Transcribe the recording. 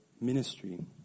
ministry